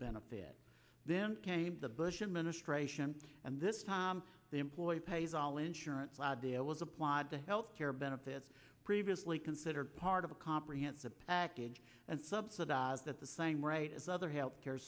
benefit then came the bush administration and this time the employer pays all insurance lobby it was applied to health care benefits previously considered part of a comprehensive package and subsidized at the same rate as other health care